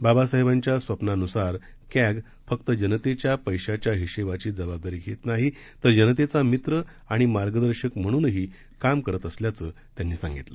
बाबासाहेबांच्या स्वप्नान्सार कॅग फक्त जनतेच्या पैशाच्या हिशोबाची जबाबदारी घेत नाही तर जनतेचा मित्र आणि मार्गदर्शक म्हणूनही काम करत असल्याच ते म्हणाले